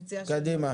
האלה.